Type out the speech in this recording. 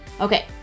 okay